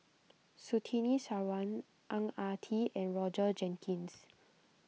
Surtini Sarwan Ang Ah Tee and Roger Jenkins